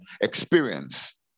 experience